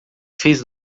fez